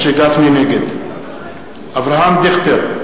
נגד אברהם דיכטר,